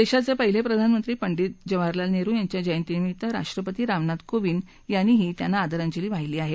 देशाचे पहिले प्रधानमंत्री पंडीत जवाहरलाल नेहरू यांच्या जयंतीनिमित्त राष्ट्रपती रामनाथ कोविंद यांनी त्यांना आदरांजली वाहिली आहे